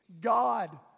God